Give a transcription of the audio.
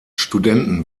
studenten